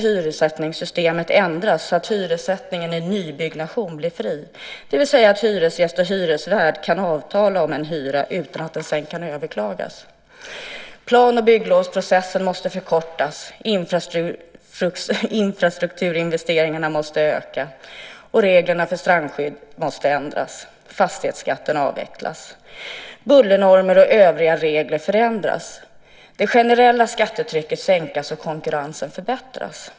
Hyressättningssystemet måste ändras så att hyressättningen i nybyggnation blir fri, det vill säga att hyresgäst och hyresvärd kan avtala om en hyra utan att den sedan kan överklagas. Plan och bygglovsprocessen måste förkortas. Infrastrukturinvesteringarna måste öka. Reglerna för strandskydd måste ändras. Fastighetsskatten måste avvecklas. Bullernormer och övriga regler måste förändras. Det generella skattetrycket måste sänkas och konkurrensen förbättras.